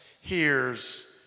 hears